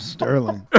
Sterling